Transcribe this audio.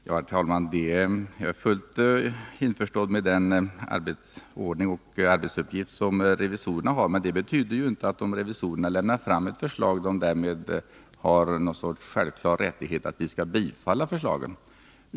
Herr talman! Jag är fullt införstådd med den arbetsordning och de arbetsuppgifter som revisorerna har. Men det betyder inte att revisorerna, om de lägger fram ett förslag, har någon sorts självklar rättighet att få sina förslag bifallna av riksdagen.